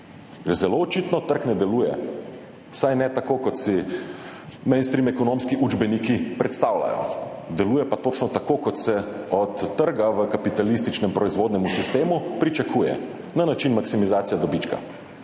Zelo očitno trg ne deluje, vsaj ne tako, kot si mainstream ekonomski učbeniki predstavljajo. Deluje pa točno tako, kot se od trga v kapitalističnem proizvodnem sistemu pričakuje, na način maksimizacije dobička,